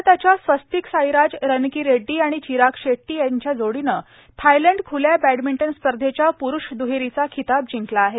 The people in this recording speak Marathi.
आरताच्या स्वतिकसाईराज रनकीरेड्डी आणि चिराग शेट्टी यांच्या जोडीनं थायलंड खुल्या बॅडमिंटन स्पर्धेच्या प्रूष दुहेरीचा खिताब जिंकला आहे